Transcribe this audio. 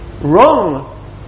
wrong